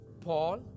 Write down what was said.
Paul